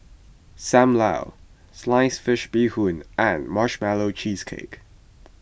Sam Lau Sliced Fish Bee Hoon and Marshmallow Cheesecake